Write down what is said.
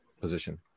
position